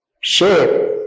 shape